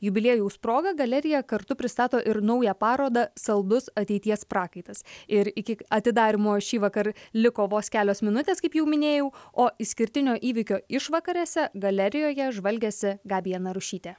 jubiliejaus proga galerija kartu pristato ir naują parodą saldus ateities prakaitas ir ikik atidarymo šįvakar liko vos kelios minutės kaip jau minėjau o išskirtinio įvykio išvakarėse galerijoje žvalgėsi gabija narušytė